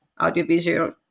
audiovisual